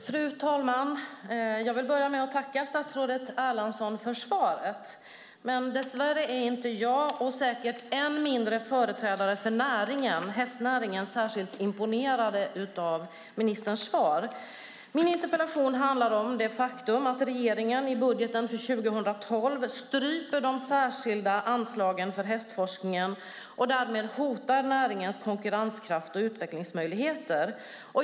Fru talman! Jag vill börja med att tacka statsrådet Erlandsson för svaret. Men dess värre är jag inte särskilt imponerad av det - företrädare för hästnäringen är det säkert än mindre. Min interpellation handlar om det faktum att regeringen i budgeten för 2012 stryper de särskilda anslagen för hästforskningen och därmed hotar näringens konkurrenskraft och utvecklingsmöjligheter.